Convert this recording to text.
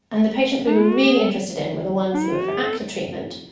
and the patients we were really interested in were the ones who were for active treatment,